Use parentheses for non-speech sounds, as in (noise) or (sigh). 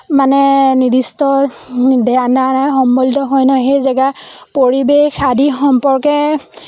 মানে নিৰ্দিষ্ট (unintelligible) সম্বলিত হৈ নহয় সেই জেগা পৰিৱেশ আদিৰ সম্পৰ্কে